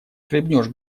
хлебнешь